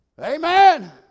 Amen